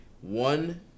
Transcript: One